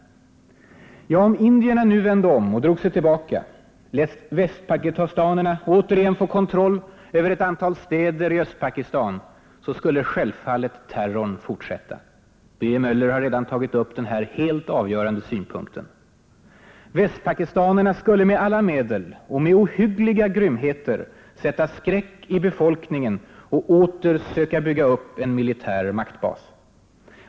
Ja, om indierna nu vände om och drog sig tillbaka och lät västpakistanerna återigen få kontroll över ett antal städer i Östpakistan, så skulle självfallet terrorn fortsätta. Birger Möller i Göteborg har redan tagit upp den här helt avgörande synpunkten. Västpakistanerna skulle med alla medel och med ohyggliga grymheter sätta skräck i befolkningen och åter söka bygga upp en militär maktbas.